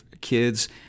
kids